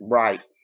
right